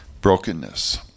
brokenness